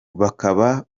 bakaba